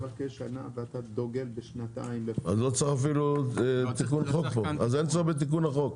אתה מבקש שנה ואתה דוגל בשנתיים --- אז אין צורך בתיקון החוק.